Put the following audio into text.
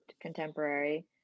contemporary